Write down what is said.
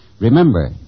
Remember